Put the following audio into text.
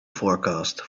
forecast